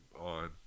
on